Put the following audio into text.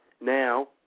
Now